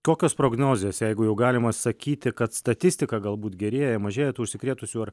kokios prognozės jeigu jau galima sakyti kad statistika galbūt gerėja mažėja tų užsikrėtusių ar